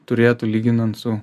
turėtų lyginant su